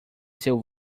seu